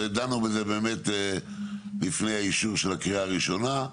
דנו בזה לפני האישור בקריאה הראשונה.